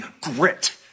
grit